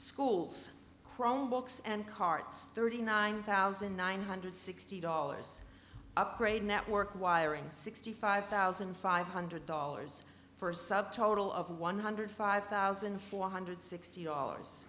schools chrome books and carts thirty nine thousand nine hundred sixty dollars upgrade network wiring sixty five thousand five hundred dollars for a sub total of one hundred five thousand four hundred sixty dollars